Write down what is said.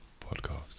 podcast